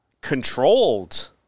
controlled